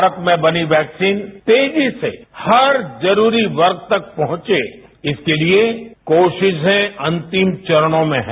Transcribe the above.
भारत में बनी वैक्सीन तेजी से हर जरूरी वर्ग तक पहुंचे इसके लिए कोशिशे अंतिम चरनों में हैं